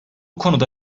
konuda